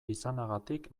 izanagatik